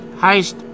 heißt